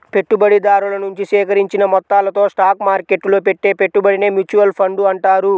పెట్టుబడిదారుల నుంచి సేకరించిన మొత్తాలతో స్టాక్ మార్కెట్టులో పెట్టే పెట్టుబడినే మ్యూచువల్ ఫండ్ అంటారు